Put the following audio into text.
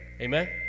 Amen